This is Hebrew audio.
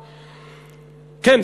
כן,